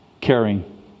caring